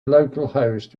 localhost